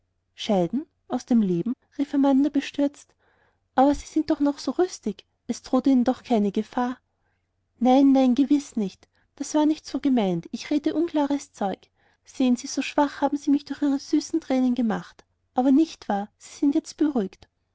scheiden aus dem leben rief amanda bestürzt aber sie sind doch noch so rüstig es droht ihnen doch keine gefahr nein nein gewiß nicht es war nicht so gemeint ich rede unklares zeug sehen sie so schwach haben sie mich durch ihre süßen tränen gemacht aber nicht wahr sie sind jetzt beruhigt